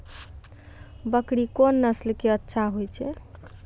बकरी कोन नस्ल के अच्छा होय छै?